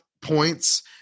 points